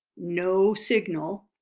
no signal,